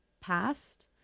past